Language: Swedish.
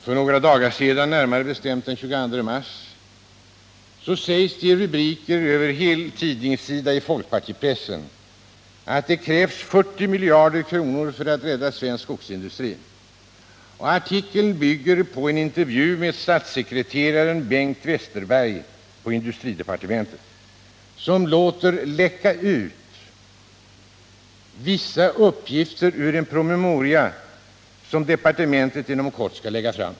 För några dagar sedan, närmare bestämt den 22 mars, sades det i rubriker över heltidningssidor i folkpartipressen, att det krävs 40 miljarder kronor för att rädda svensk skogsindustri. Artikeln bygger på en intervju med statssekreterare Bengt Westerberg på industridepartementet, som låter läcka ut vissa uppgifter ur den promemoria som departementet inom kort skall lägga fram.